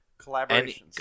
collaborations